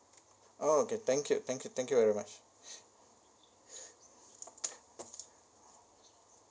okay thank you thank you thank you very much